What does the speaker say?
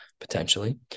potentially